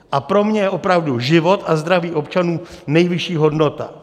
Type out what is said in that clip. A pro mě je opravdu život a zdraví občanů nejvyšší hodnota.